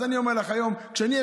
אז אני אומר לך היום שכשנהיה